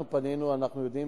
אנחנו פנינו, אנחנו יודעים